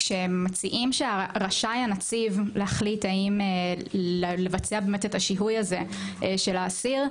כשמציעים שרשאי הנציב להחליט האם לבצע את השיהוי הזה של האסיר,